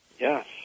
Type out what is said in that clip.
Yes